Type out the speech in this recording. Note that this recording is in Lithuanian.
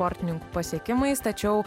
sportininkų pasiekimais tačiau